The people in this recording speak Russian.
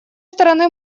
стороны